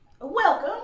welcome